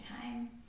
time